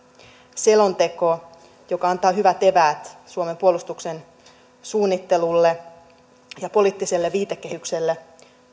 selonteko joka antaa hyvät eväät suomen puolustuksen suunnittelulle ja poliittiselle viitekehitykselle